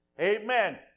Amen